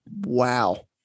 Wow